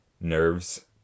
nerves